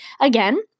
again